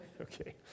Okay